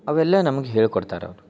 ಅವೆಲ್ಲ ನಮ್ಗ ಹೇಳ್ಕೊಡ್ತಾರೆ ಅವರು